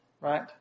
right